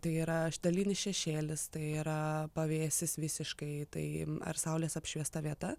tai yra dalinis šešėlis tai yra pavėsis visiškai tai ar saulės apšviesta vieta